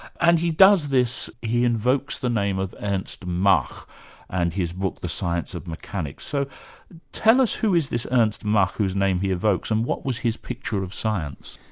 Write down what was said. and he does this, he invokes the name of ernst mach and his book the science of mechanics. so tell us, who is this ernst mach whose name he evokes, and what was his picture of science?